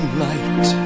light